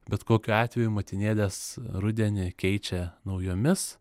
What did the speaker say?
bet kokiu atveju motinėlės rudenį keičia naujomis